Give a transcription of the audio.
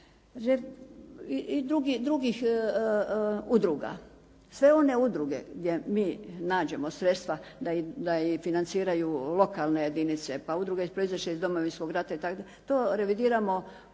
I drugih udruga. Sve one udruge gdje mi nađemo sredstva da i financiraju lokalne jedinice, pa udruge proizašle iz Domovinskog rata to revidiramo preko